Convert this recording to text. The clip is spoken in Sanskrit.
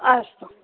आस्तु